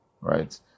right